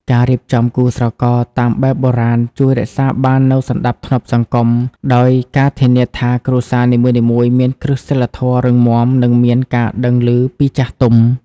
ការរៀបចំគូស្រករតាមបែបបុរាណ ជួយរក្សាបាននូវ "សណ្តាប់ធ្នាប់សង្គម" ដោយការធានាថាគ្រួសារនីមួយៗមានគ្រឹះសីលធម៌រឹងមាំ និងមានការដឹងឮពីចាស់ទុំ។